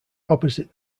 opposite